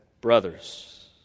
brothers